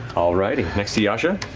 all righty. next to yasha?